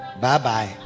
Bye-bye